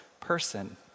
person